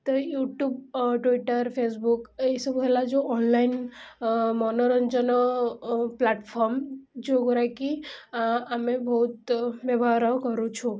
ତ YouTube Twitter Facebook ଏହିସବୁ ହେଲା ଯେଉଁ ଅନଲାଇନ୍ ମନୋରଞ୍ଜନ ପ୍ଲାଟଫର୍ମ ଯେଉଁଗୁଡ଼ାକି ଆମେ ବହୁତ ବ୍ୟବହାର କରୁଛୁ